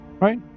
Right